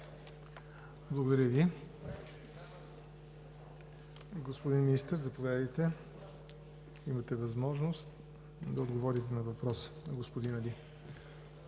Благодаря Ви. Господин Министър, заповядайте, имате възможност да отговорите на въпроса на господин Али.